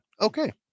Okay